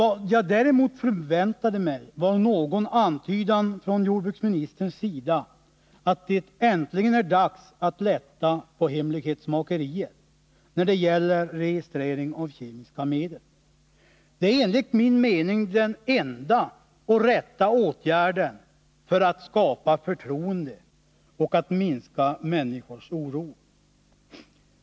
Vad jag däremot förväntade mig var någon antydan från jordbruksministerns sida att det äntligen är dags att lätta på hemlighetsmakeriet när det gäller registrering av kemiska medel. Det är enligt min mening den enda rätta åtgärden för att skapa förtroende och minska människors oro.